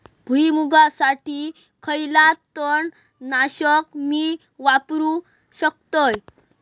भुईमुगासाठी खयला तण नाशक मी वापरू शकतय?